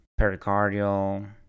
pericardial